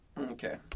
Okay